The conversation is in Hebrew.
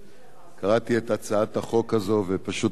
קראתי את הצעת החוק הזאת ופשוט נדהמתי,